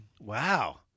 Wow